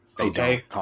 Okay